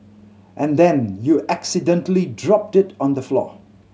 and then you accidentally drop it on the floor